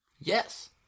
Yes